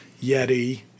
Yeti